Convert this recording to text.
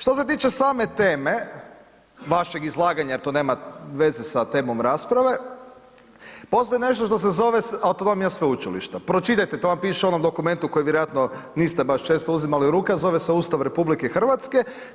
Što se tiče same teme vašeg izlaganja, to nema veze sa temom rasprave, postoji nešto što se zove autonomija sveučilišta, pročitajte, to vam piše u onom dokumentu kojeg vjerojatno niste baš često uzimali u ruke, a zove se Ustav RH,